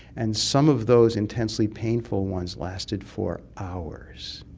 and some of those intensely painful ones lasted for hours.